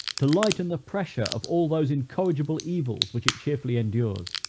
to lighten the pressure of all those incorrigible evils which it cheerfully endures.